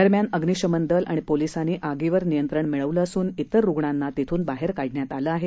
दरम्यान अग्निशमन दल आणि पोलिसांनी आगीवर नियंत्रण मिळवलं असून तिर रुग्णांना तिथून बाहेर काढण्यात आलं आहे